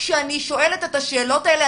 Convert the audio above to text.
כשאני שואלת את השאלות האלה,